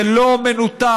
זה לא מנותק.